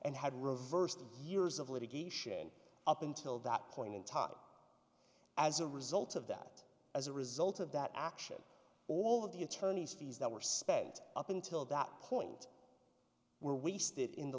and had reversed years of litigation up until that point in time as a result of that as a result of that action all of the attorneys fees that were spent up until that point were wasted in the